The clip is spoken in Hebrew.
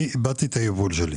ואני איבדתי את היבול שלי.